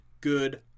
Good